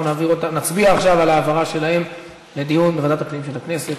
אנחנו נצביע עכשיו על העברה שלהן לדיון בוועדת הפנים של הכנסת.